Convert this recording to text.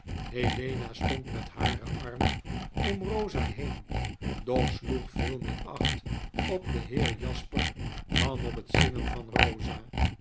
helena stond met haren arm om rosa heen doch sloeg veel meer acht op den heer jasper dan op het zingen van rosa